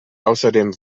außerdem